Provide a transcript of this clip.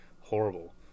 horrible